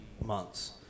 months